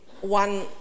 one